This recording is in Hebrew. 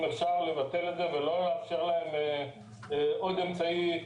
אם אפשר לבטל את זה ולא לאפשר להם עוד אמצעי,